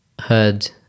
heard